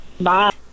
Bye